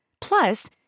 Plus